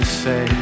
say